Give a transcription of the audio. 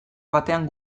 batean